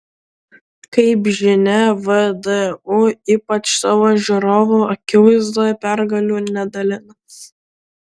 kaip žinia vdu ypač savo žiūrovų akivaizdoje pergalių nedalina